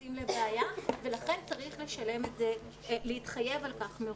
נכנסים לבעיה ולכן צריך להתחייב על כך מראש.